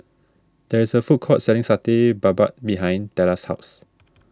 there is a food court selling Satay Babat behind Tella's house